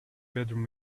bedroom